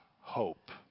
hope